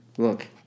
Look